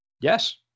Yes